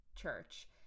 church